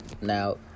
now